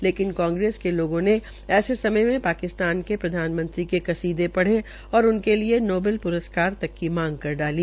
लेकिन कांग्रेस के लोगों ने ऐसे में समय मे पाकिस्तान के प्रधानमंत्री के कसीदे पढ़े और उनके लिये नोवल प्रस्कार तक की मांग कर डाली